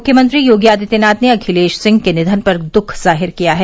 मुख्यमंत्री योगी आदित्यनाथ ने अखिलेश सिंह के निधन पर दुःख जाहिर किया है